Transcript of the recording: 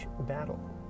battle